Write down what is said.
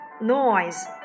noise